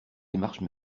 démarches